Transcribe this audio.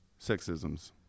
sexisms